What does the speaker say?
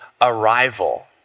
arrival